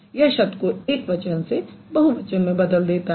यह शब्द को एक वचन से बहु वचन में बदल देता है